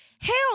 Hell